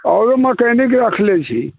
आओर मकैनिक रखने छी